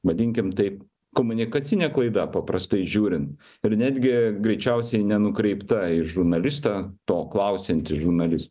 vadinkime taip komunikacinė klaida paprastai žiūrin ir netgi greičiausiai nenukreipta į žurnalistą to klausiantį žurnalis